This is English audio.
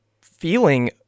feeling